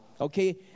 okay